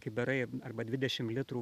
kibirai arba dvidešim litrų